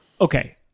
Okay